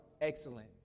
excellent